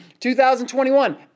2021